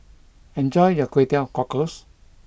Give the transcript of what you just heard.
enjoy your Kway Teow Cockles